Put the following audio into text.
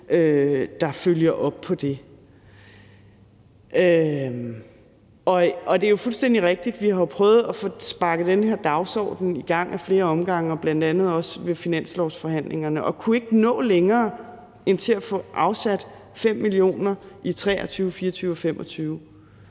der følger op på det. Det er jo fuldstændig rigtigt, at vi har prøvet at få sparket den her dagsorden i gang ad flere omgange og bl.a. også ved finanslovsforhandlingerne, og at vi ikke kunne nå længere end til at få afsat 5 mio. kr. i 2023, 2024 og 2025,